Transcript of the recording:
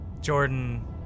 jordan